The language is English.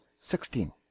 sixteen